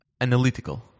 analytical